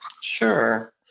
Sure